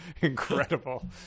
Incredible